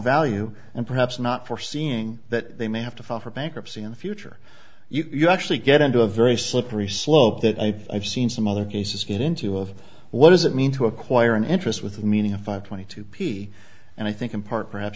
value and perhaps not for seeing that they may have to file for bankruptcy in the future you could actually get into a very slippery slope that i've seen some other cases get into of what does it mean to acquire an interest with meaning a five twenty two p c and i think in part perhaps